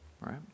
right